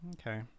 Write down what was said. Okay